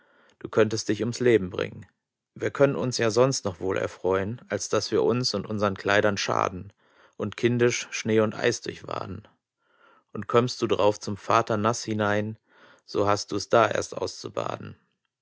du könntest dich ums leben bringen wir können uns ja sonst noch wohl erfreun als daß wir uns und unsern kleidern schaden und kindisch schnee und eis durchwaden und kömmst du drauf zum vater naß hinein so hast dus da erst auszubaden